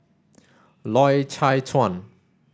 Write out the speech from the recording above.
Loy Chye Chuan